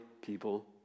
people